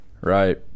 right